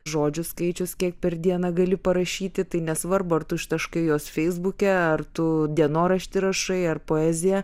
žodžių skaičius kiek per dieną gali parašyti tai nesvarbu ar tu ištaškai juos feisbuke ar tu dienoraštį rašai ar poeziją